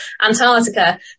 Antarctica